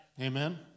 Amen